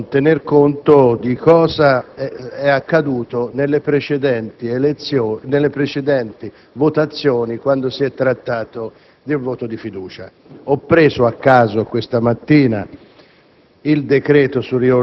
ma non posso non tener conto di cosa è accaduto nelle precedenti votazioni, quando vi è stato il voto di fiducia. Ho preso a caso questa mattina